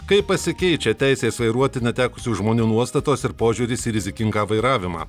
kaip pasikeičia teisės vairuoti netekusių žmonių nuostatos ir požiūris į rizikingą vairavimą